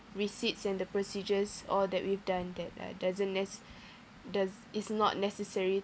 receipts and the procedures all that we've done that uh doesn't nec~ does is not necessary